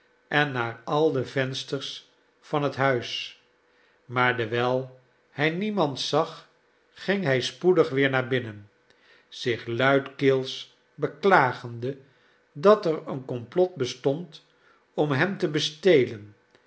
en naar al de vensters van jhet huis maar dewijl hij niemand zag ging hij spoedig weder naar binnen zich luidkeels beklagende dat er een complot bestond om hem te bestelen